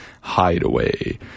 Hideaway